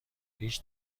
هیچ